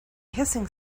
hissing